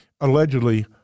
allegedly